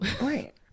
right